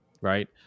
right